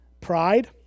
pride